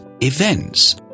events